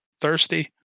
Thirsty